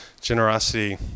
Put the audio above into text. generosity